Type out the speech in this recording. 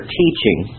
teaching